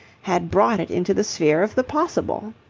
had brought it into the sphere of the possible.